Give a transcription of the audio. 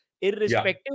Irrespective